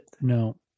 No